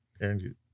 Aaron